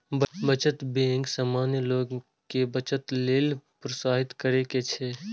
बचत बैंक सामान्य लोग कें बचत लेल प्रोत्साहित करैत छैक